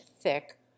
thick